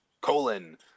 colon